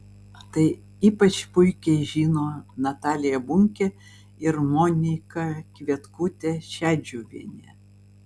tai ypač puikiai žino natalija bunkė ir monika kvietkutė šedžiuvienė